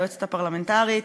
היועצת הפרלמנטרית,